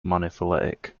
monophyletic